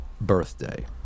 birthday